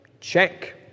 Check